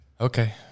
Okay